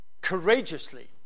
Courageously